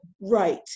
right